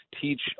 teach